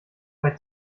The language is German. bei